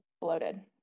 bloated